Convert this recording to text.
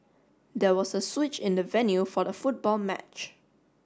there was a switch in the venue for the football match